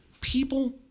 people